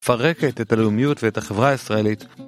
פרקת את הלאומיות ואת החברה הישראלית.